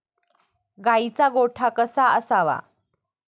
गाईचा गोठा कसा असावा?